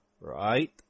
right